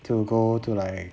to go to like